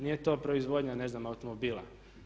Nije to proizvodnja ne znam automobila.